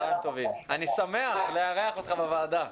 אני שמח לארח אותך בוועדה.